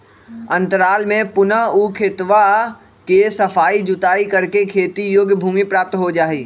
अंतराल में पुनः ऊ खेतवा के सफाई जुताई करके खेती योग्य भूमि प्राप्त हो जाहई